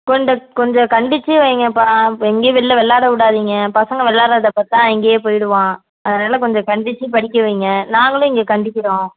கொண்ட கொஞ்சம் கண்டித்து வைங்கப்பா எங்கேயும் வெளில விளாட விடாதீங்க பசங்கள் விளாட்றத பார்த்தா அங்கேயோ போய்விடுவான் அதனால கொஞ்சம் கண்டித்து படிக்க வைங்க நாங்களும் இங்கே கண்டிக்கிறோம்